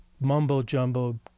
mumbo-jumbo